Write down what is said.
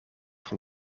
van